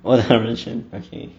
我的人生 okay